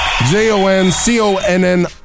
J-O-N-C-O-N-N